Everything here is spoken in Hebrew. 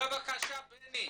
בבקשה בני,